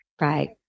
Right